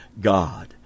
God